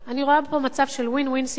אני רואה פה מצב של win-win situation.